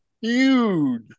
huge